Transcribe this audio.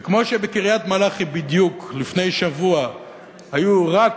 וכמו שבקריית-מלאכי בדיוק לפני שבוע היו רק